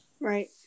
Right